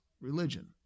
religion